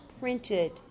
printed